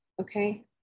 okay